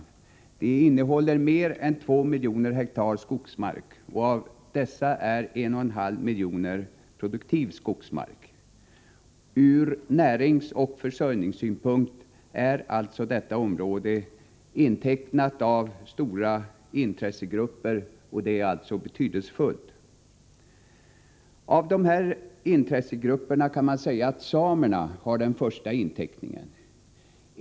Området innehåller mer än 2 miljoner hektar skogsmark, varav 1,5 miljoner är produktiv skogsmark. Ur näringsoch försörjningssynpunkt är detta betydelsefulla område intecknat av olika intressegrupper. Man kan säga att av dessa intressegrupper har samerna den första inteckningen.